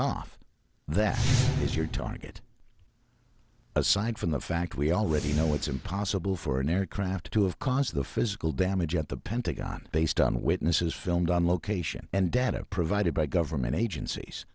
off that is your target aside from the fact we already know it's impossible for an aircraft to have caused the physical damage at the pentagon based on witnesses filmed on location and data provided by government agencies